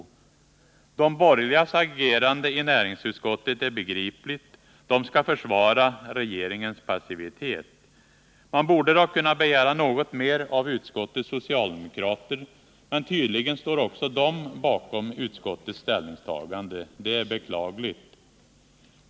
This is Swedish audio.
De borgerligas agerande i näringsutskottet är begripligt. De skall försvara regeringens passivitet. Man borde dock kunna begära något mer av utskottets socialdemokrater, men tydligen står också de bakom utskottets ställningstagande. Det är beklagligt.